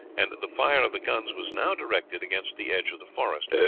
and the fire of the guns was now directed against the edge of the forest,